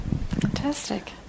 Fantastic